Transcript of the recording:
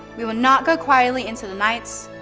we will not go quietly into the nights.